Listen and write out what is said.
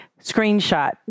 screenshot